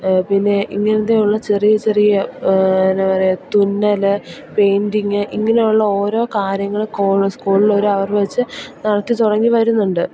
പിന്നെ ഇങ്ങനത്തെ ഉള്ള ചെറിയ ചെറിയ എന്നാ പറയാ തുന്നൽ പെയിൻ്റിങ് ഇങ്ങനെ ഉള്ളോരോ കാര്യങ്ങൾ കോള് സ്കൂളിലൊരവറ് വെച്ച് നടത്തി തുടങ്ങി വരുന്നുണ്ട്